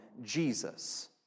Jesus